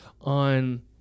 on